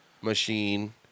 machine